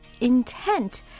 intent